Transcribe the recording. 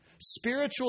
spiritual